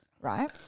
right